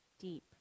deep